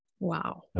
Wow